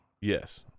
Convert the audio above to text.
Yes